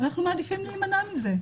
אנחנו מעדיפים להימנע מזה.